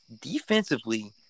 defensively